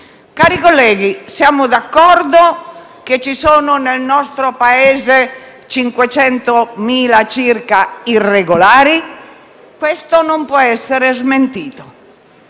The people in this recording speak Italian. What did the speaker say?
Cari colleghi, siamo d'accordo che nel nostro Paese ci sono circa 500.000 irregolari? Questo non può essere smentito.